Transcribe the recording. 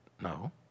No